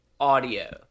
audio